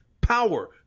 power